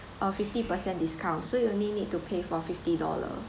a fifty percent discount so you only need to pay for fifty dollar